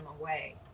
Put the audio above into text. away